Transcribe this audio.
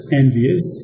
envious